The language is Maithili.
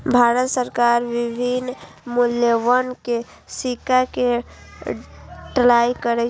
भारत सरकार विभिन्न मूल्य वर्ग के सिक्का के ढलाइ करै छै